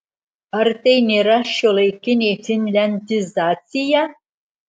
ar tai nėra šiuolaikinė finliandizacija